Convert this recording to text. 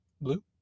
Blue